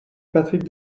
patrick